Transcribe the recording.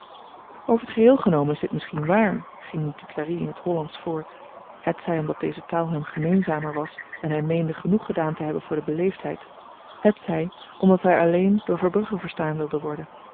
over t geheel genomen is dit misschien waar ging nu duclari in t hollandsch voort hetzy omdat deze taal hem gemeenzamer was en hy meende genoeg gedaan te hebben voor de beleefdheid hetzy omdat hy alleen door verbrugge verstaan wilde worden dit